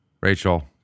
rachel